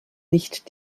nicht